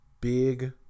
Big